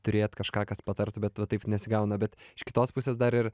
turėt kažką kas patartų bet va taip nesigauna bet iš kitos pusės dar ir